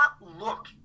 look